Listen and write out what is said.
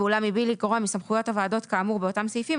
ואולם מבלי לגרוע מסמכויות הוועדות כאמור באותם סעיפים,